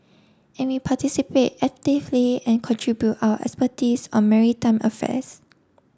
and we participate actively and contribute our expertise on maritime affairs